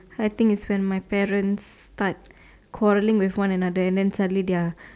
I think is my parents start quarrelling with one another and suddenly they are